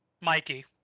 Mikey